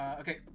okay